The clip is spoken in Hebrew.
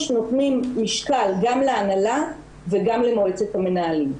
נותנים משקל גם להנהלה וגם למועצת המנהלים.